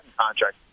contract